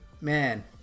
Man